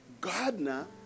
gardener